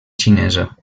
xinesa